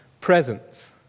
presence